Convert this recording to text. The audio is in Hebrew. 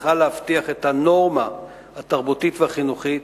שצריכה להבטיח את הנורמה התרבותית והחינוכית,